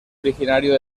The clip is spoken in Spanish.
originario